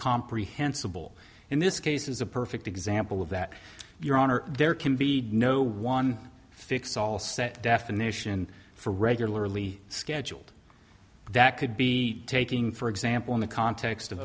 comprehensible in this case is a perfect example of that your honor there can be no one fix all set definition for regularly scheduled that could be taking for example in the context of